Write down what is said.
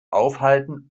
aufhalten